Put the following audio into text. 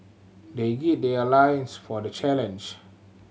they gird their loins for the challenge